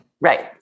Right